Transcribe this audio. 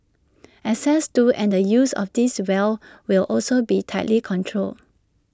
access to and the use of these wells will also be tightly controlled